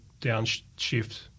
downshift